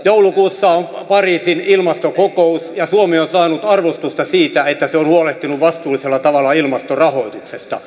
joulukuussa on pariisin ilmastokokous ja suomi on saanut arvostusta siitä että se on huolehtinut vastuullisella tavalla ilmastorahoituksesta